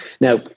Now